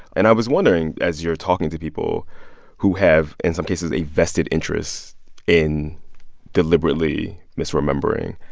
and i was wondering, as you're talking to people who have, in some cases, a vested interest in deliberately misremembering,